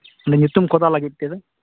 ᱢᱟᱱᱮ ᱧᱩᱛᱩᱢ ᱠᱷᱚᱫᱟ ᱞᱟᱹᱜᱤᱫ ᱛᱮᱫᱚ